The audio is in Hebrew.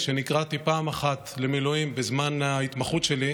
כשנקראתי פעם אחת למילואים בזמן ההתמחות שלי,